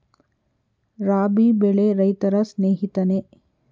ರಾಬಿ ಬೆಳೆ ರೈತರ ಸ್ನೇಹಿತನೇ?